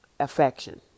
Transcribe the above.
Affection